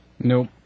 Nope